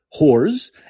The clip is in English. whores